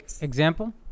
Example